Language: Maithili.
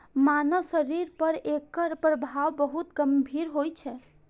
मानव शरीर पर एकर प्रभाव बहुत गंभीर होइ छै